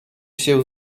się